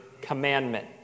commandment